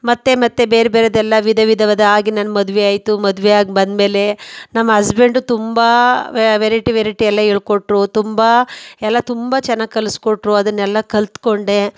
ಮತ್ತು ಮತ್ತು ಬೇರೆ ಬೇರೆದೆಲ್ಲ ವಿಧ ವಿಧವಾದ ಆಗಿ ನನ್ನ ಮದುವೆಯಾಯ್ತು ಮದ್ವೆಯಾಗಿ ಬಂದ್ಮೇಲೆ ನಮ್ಮ ಹಸ್ಬೆಂಡ್ ತುಂಬ ವೆರೈಟಿ ವೆರೈಟಿಯೆಲ್ಲ ಹೇಳ್ಕೊಟ್ರು ತುಂಬ ಎಲ್ಲ ತುಂಬ ಚೆನ್ನಾಗಿ ಕಳಿಸಿಕೊಟ್ರು ಅದನ್ನೆಲ್ಲ ಕಲಿತ್ಕೊಂಡೆ